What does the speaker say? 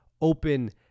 open